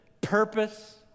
purpose